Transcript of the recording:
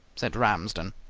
said ramsden,